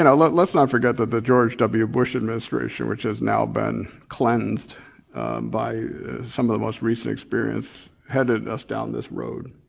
and like let's not forget that the george w. bush administration, which has now been cleansed by some of the most recent experience, headed us down this road.